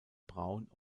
braun